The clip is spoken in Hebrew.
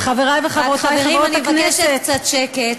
חברים, אני מבקשת קצת שקט.